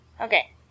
Okay